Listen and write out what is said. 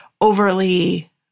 overly